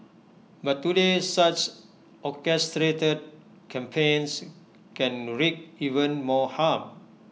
but today such orchestrated campaigns can wreak even more harm